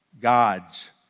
God's